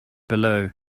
below